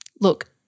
look –